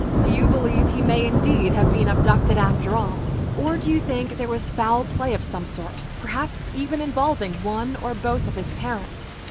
do you believe he may indeed have been abducted after all? or do you think there was foul play of some sort, perhaps even involving one or both of his parents?